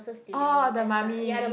ah the mummy